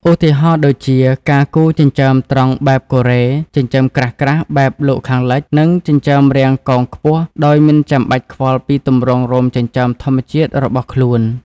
ឧទាហរណ៍ដូចជា ការគូរចិញ្ចើមត្រង់បែបកូរ៉េ ចិញ្ចើមក្រាស់ៗបែបលោកខាងលិច និងចិញ្ចើមរាងកោងខ្ពស់ ដោយមិនចាំបាច់ខ្វល់ពីទម្រង់រោមចិញ្ចើមធម្មជាតិរបស់ខ្លួន។